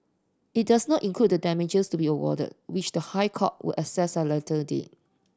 it does not include the damages to be awarded which the High Court will assess at a later date